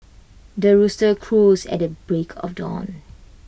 the rooster crows at the break of dawn